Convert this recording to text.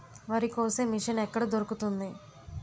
వరి కోసే మిషన్ ఎక్కడ దొరుకుతుంది?